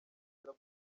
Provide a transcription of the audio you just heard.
bwa